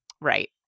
Right